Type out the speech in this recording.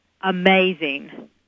Amazing